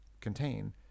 contain